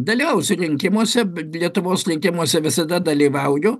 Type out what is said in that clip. dalyvausiu rinkimuose bet lietuvos rinkimuose visada dalyvauju